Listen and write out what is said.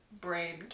brain